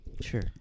Sure